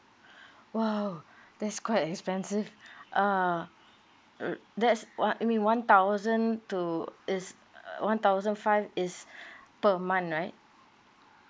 !wow! that's quite expensive err uh that's what I mean one thousand to is uh one thousand five is per month right